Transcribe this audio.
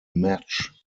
match